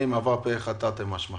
אושר פה אחד תרתי משמע.